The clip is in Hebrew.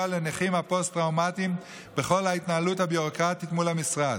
לנכים הפוסט-טראומטיים בכל ההתנהלות הביורוקרטית מול המשרד.